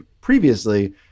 previously